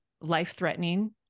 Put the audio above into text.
life-threatening